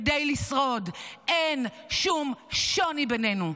כדי לשרוד אין שום שוני בינינו.